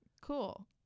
Cool